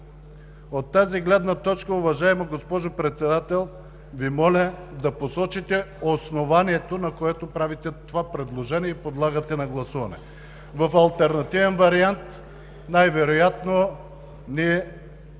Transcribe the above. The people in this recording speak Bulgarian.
От тази гледна точка, уважаема госпожо Председател, Ви моля да посочите основанието, на което правите това предложение и подлагате на гласуване. В алтернативен вариант най-вероятно ние